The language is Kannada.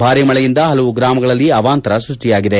ಭಾರೀ ಮಳಿಯಿಂದ ಹಲವು ಗ್ರಾಮಗಳಲ್ಲಿ ಅವಾಂತರ ಸ್ಪಷ್ಟಿಯಾಗಿದೆ